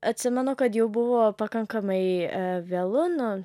atsimenu kad jau buvo pakankamai vėlu nu